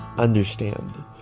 understand